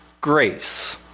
grace